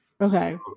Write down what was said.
Okay